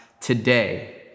today